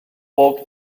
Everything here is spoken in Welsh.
bob